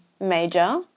major